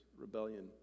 rebellion